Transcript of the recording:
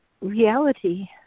reality